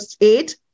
eight